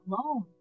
alone